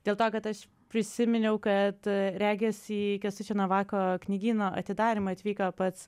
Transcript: dėl to kad aš prisiminiau kad regis į kęstučio navako knygyno atidarymą atvyko pats